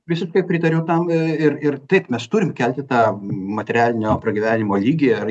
visiškai pritariu tam ir ir taip mes turim kelti tą materialinio pragyvenimo lygį ar